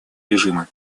режима